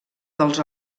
dels